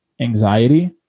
anxiety